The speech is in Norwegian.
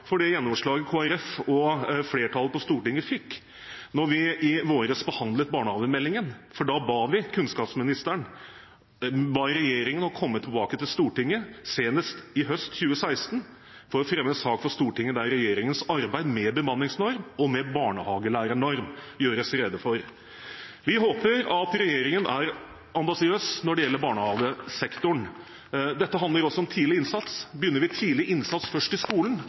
for det gjennomslaget Kristelig Folkeparti og flertallet på Stortinget fikk da vi i vår behandlet barnehagemeldingen. Da ba vi regjeringen komme tilbake til Stortinget senest høsten 2016 med en sak der regjeringens arbeid med bemanningsnorm og med barnehagelærernorm gjøres rede for. Vi håper at regjeringen er ambisiøs når det gjelder barnehagesektoren. Dette handler også om tidlig innsats. Begynner vi med tidlig innsats først i skolen,